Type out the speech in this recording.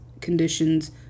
conditions